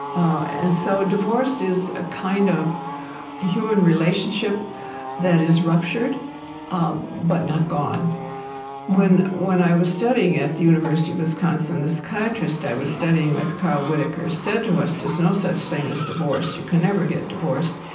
ah and so divorce is a kind of human relationship that is ruptured um but not gone when when i was studying at the university of wisconsin, this psychiatrist i was studying with, carl whitaker, said to us, there's no such thing as divorce. you can never get divorced.